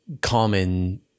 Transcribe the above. common